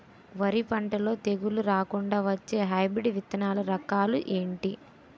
వరి పంటలో తెగుళ్లు రాకుండ వచ్చే హైబ్రిడ్ విత్తనాలు రకాలు ఏంటి?